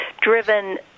driven